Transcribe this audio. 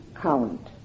count